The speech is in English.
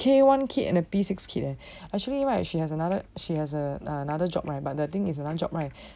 K one kid and a P six kid leh actually right she has another she has a another job [one] but the thing is another job right